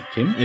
Kim